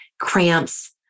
cramps